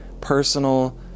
personal